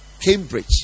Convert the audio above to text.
Cambridge